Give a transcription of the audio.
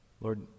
Lord